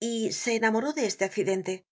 y se enamoró de este accidente